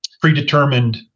predetermined